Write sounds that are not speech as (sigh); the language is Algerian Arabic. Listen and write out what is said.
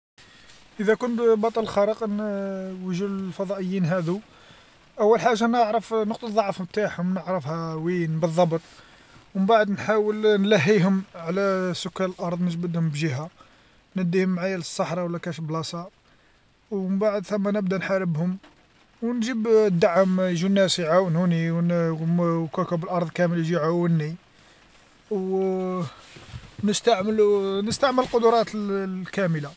إذا كنت بطل خارق (hesitation) وجود الفضائيين هاذو، اول حاجة نعرف نقطة الضعف نتاعهم نعرفها وين بالضبط، ومن بعد نحاول نلهيهم على (hesitation) سكان الأرض نجبدهم بجهة، نديهم معايا للصحراء ولا كاش بلاصة، ومن بعد ثما نبدا نحاربهم ونجيب (hesitation) دعم يجيو الناس يعاونوني (hesitation) وكوكب الأرض كامل يجي يعاوني، (hesitation) نستعملو (hesitation) نستعمل القدرات ال- الكاملة.